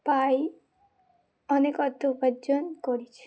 পাই অনেক অর্থ উপার্জন করেছি